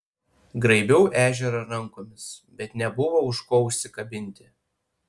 graibiau ežerą rankomis bet nebuvo už ko užsikabinti